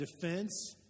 defense